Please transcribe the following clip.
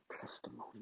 testimony